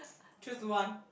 choose one